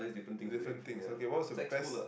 different things okay what was the best